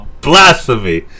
blasphemy